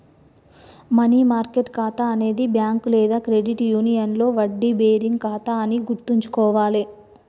money market ఖాతా అనేది bank లేదా క్రెడిట్ యూనియన్లో వడ్డీ బేరింగ్ ఖాతా అని గుర్తుంచుకోవాలే